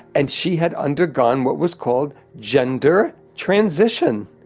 and she had undergone what was called gender transition.